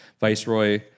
Viceroy